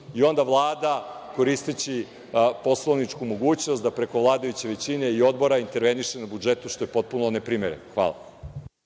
i onda Vlada, koristeći poslovničku mogućnost, da preko vladajuće većine i odbora interveniše na budžetu, što je potpuno neprimereno. Hvala.